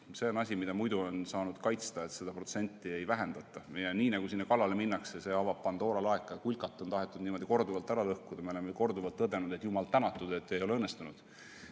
See on asi, mida muidu on saanud kaitsta, et seda protsenti ei vähendataks. Niipea kui sinna kallale minnakse, avab see Pandora laeka. Kulkat on korduvalt tahetud niimoodi ära lõhkuda. Me oleme korduvalt tõdenud, et jumal tänatud, see ei ole õnnestunud.